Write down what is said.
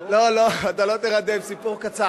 לא, לא, לא, אתה לא תירדם, סיפור קצר.